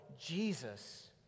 Jesus